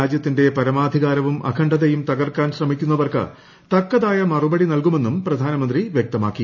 രാജൃത്തിന്റെ പരമാധികാരവും അഖണ്ഡതയും തകർക്കാൻ ശ്രമിക്കുന്നവർക്ക് തക്കതായ മറുപടി നൽകുമെന്നും പ്രധാനമന്ത്രി വ്യക്തമാക്കി